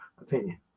opinion